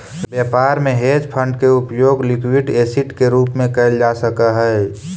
व्यापार में hedge fund के उपयोग लिक्विड एसिड के रूप में कैल जा सक हई